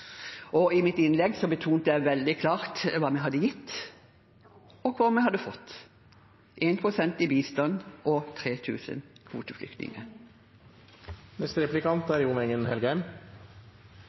og ta. I mitt innlegg betonet jeg veldig klart hva vi hadde gitt, og hva vi hadde fått – 1 pst. i bistand og